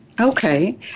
Okay